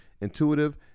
intuitive